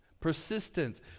Persistence